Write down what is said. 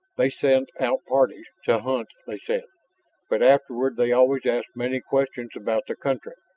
they sent out parties to hunt, they said but afterward they always asked many questions about the country.